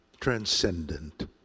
transcendent